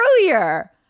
earlier